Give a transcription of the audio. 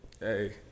Hey